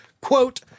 quote